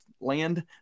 land